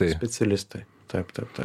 specialistai taip taip taip